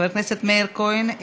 חבר כנסת מאיר כהן,